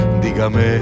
dígame